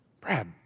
Brad